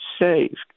saved